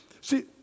See